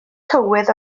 tywydd